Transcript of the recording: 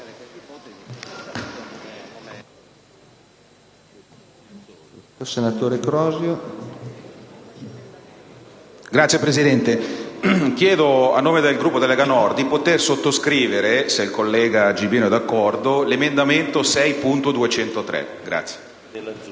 Signor Presidente, chiedo, a nome del Gruppo della Lega Nord di poter sottoscrivere, se il collega Gibiino e` d’accordo, l’emendamento 6.203. DALLA